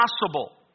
possible